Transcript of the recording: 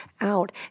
out